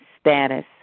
status